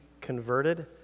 converted